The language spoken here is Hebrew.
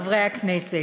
חברי הכנסת,